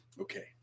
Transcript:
okay